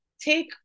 take